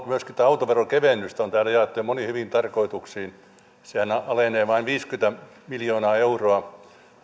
myöskin tätä autoveron kevennystä on täällä jaettu jo moniin hyviin tarkoituksiin sehän alenee vain viisikymmentä miljoonaa euroa